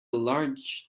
large